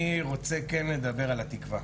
אני רוצה כן לדבר על התקווה.